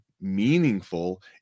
meaningful